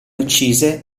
uccise